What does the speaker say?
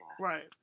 Right